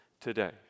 today